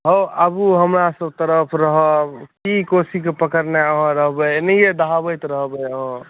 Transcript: हउ आबू हमरासभ तरफ रहब की कोशीकेण पकड़ने अहाँ रहबै एनाहिए दहाबैत रहबै